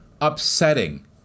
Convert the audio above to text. upsetting